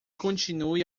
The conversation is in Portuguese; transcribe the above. continue